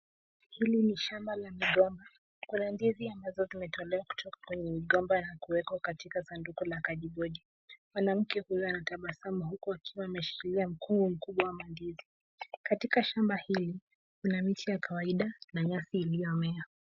Hili ni shamba la migomba. Kuna ndizi ambazo zimetolewa kutoka kwenye migomba na kuwekwa katika sanduku la kadibodi. Mwanamke huyu anatabasamu huku akiwa ameshikilia mkungu mkubwa wa mandizi. Katika shamba hili, kuna miti ya kawaida na nyasi iliyomea.